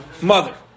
mother